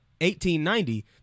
1890